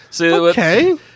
Okay